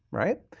right?